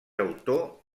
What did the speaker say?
autor